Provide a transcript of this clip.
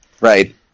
Right